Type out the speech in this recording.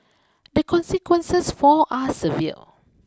the consequences for are severe